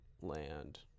Land